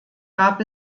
gab